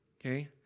okay